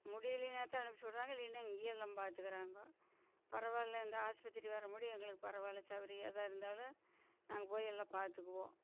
முடியலின்னாத்தான் அனுப்புச்சு விட்றாங்க இல்லைன்னா இங்கேயே எல்லாம் பாத்துக்குறாங்க பரவாயில்லை இந்த ஆஸ்பத்திரி வர முடியும் எங்களுக்கு பரவாயில்லை சௌகரியந்தான் எதாக இருந்தாலும் நாங்கள் போய் எல்லாம் பார்த்துக்குவோம்